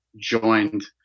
joined